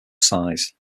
size